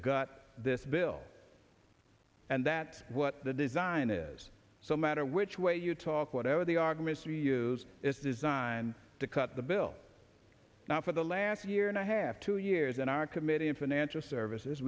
got this bill and that what the design is so matter which way you talk whatever the arguments you use is designed to cut the bill now for the last year and a half two years in our committee in financial services